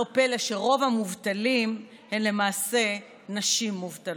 לא פלא שרוב המובטלים הם למעשה נשים מובטלות.